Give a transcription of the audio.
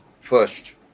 first